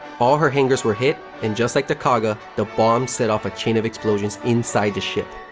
all her hangars were hit and, just like the kaga, the bombs set off a chain of explosions inside the ship.